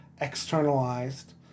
externalized